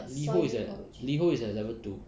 Liho is at Liho is at level two